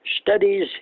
studies